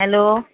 hello